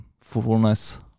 fullness